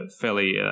fairly